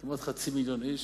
כמעט חצי מיליון איש